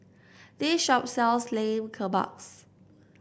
this shop sells Lamb Kebabs